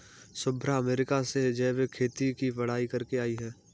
Shubhra America से जैविक खेती की पढ़ाई करके आई है